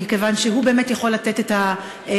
מכיוון שהוא באמת יכול לתת את התשובות